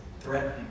threatening